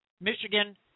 Michigan